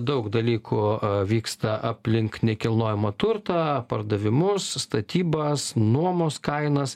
daug dalykų vyksta aplink nekilnojamą turtą pardavimus statybas nuomos kainas